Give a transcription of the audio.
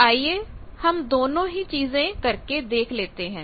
तो आइए हम दोनों ही चीजें करके देख लेते हैं